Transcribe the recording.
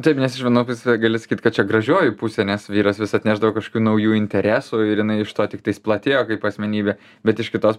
taip nes iš vienos pusės gali sakyt kad čia gražioji pusė nes vyras vis atnešdavo kažkokių naujų interesų ir jinai iš to tiktais platėjo kaip asmenybė bet iš kitos